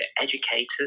educators